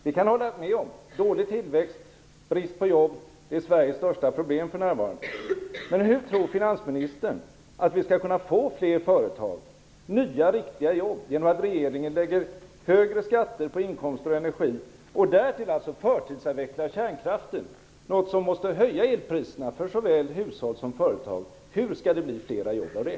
Vi kan hålla med om att dålig tillväxt och brist på jobb är Sveriges största problem för närvarande. Men hur tror finansministern att vi skall kunna få fler företag, nya riktiga jobb, genom att regeringen lägger högre skatter på inkomster och energi och därtill förtidsavvecklar kärnkraften, något som måste höja elpriserna för såväl hushåll som företag? Hur skall det bli fler jobb av det?